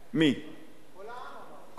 כל העם אמר.